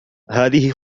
هذه